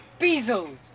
Bezos